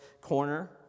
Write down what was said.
corner